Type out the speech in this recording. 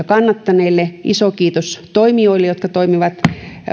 kannattaneille iso kiitos toimijoille jotka toimivat